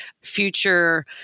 Future